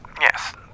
Yes